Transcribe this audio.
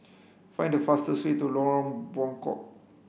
find the fastest way to Lorong Buangkok